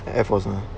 airforce